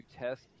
test